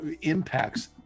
impacts